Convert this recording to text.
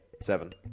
Seven